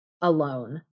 alone